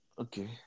okay